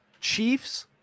Chiefs